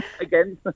again